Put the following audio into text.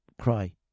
cry